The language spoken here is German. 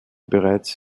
bereits